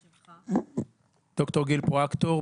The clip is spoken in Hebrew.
ד"ר גיל פרואקטור,